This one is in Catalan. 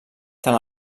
tant